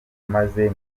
maze